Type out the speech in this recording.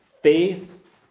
Faith